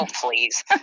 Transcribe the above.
please